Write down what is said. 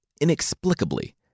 inexplicably